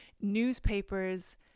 newspapers